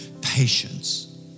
patience